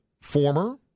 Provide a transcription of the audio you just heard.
former